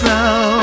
now